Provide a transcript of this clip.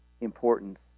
importance